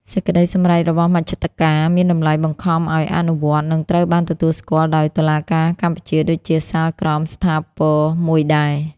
សេចក្តីសម្រេចរបស់មជ្ឈត្តការមានតម្លៃបង្ខំឱ្យអនុវត្ត និងត្រូវបានទទួលស្គាល់ដោយតុលាការកម្ពុជាដូចជាសាលក្រមស្ថាពរមួយដែរ។